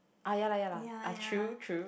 ahh ya lah ya lah ah true true